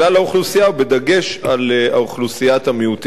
ובדגש על אוכלוסיית המיעוטים בישראל.